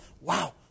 Wow